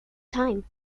time